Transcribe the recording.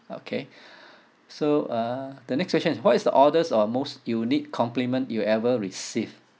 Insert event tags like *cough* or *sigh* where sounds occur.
okay *breath* so uh the next question is what is the oddest or most unique compliment you ever received